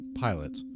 Pilot